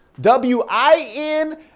W-I-N